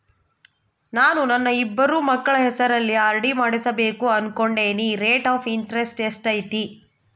ನಾನು ನನ್ನ ಇಬ್ಬರು ಮಕ್ಕಳ ಹೆಸರಲ್ಲಿ ಆರ್.ಡಿ ಮಾಡಿಸಬೇಕು ಅನುಕೊಂಡಿನಿ ರೇಟ್ ಆಫ್ ಇಂಟರೆಸ್ಟ್ ಎಷ್ಟೈತಿ?